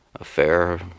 affair